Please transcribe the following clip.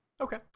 Okay